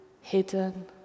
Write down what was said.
hidden